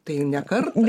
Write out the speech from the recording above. tai ne kartą